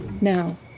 Now